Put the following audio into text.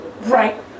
right